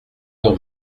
heure